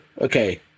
Okay